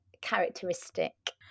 characteristic